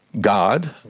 God